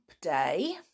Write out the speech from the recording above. Day